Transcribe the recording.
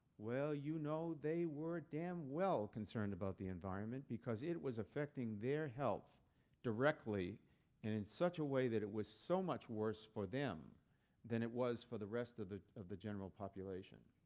well, you know they were damn well concerned about the environment because it was affecting their health directly and in such a way that it was so much worse for them than it was for the rest of the of the general population.